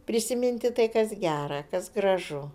prisiminti tai kas gera kas gražu